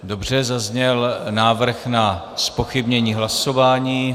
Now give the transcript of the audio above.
Dobře, zazněl návrh na zpochybnění hlasování.